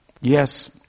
yes